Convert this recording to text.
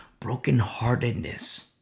brokenheartedness